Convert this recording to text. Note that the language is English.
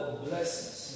blessings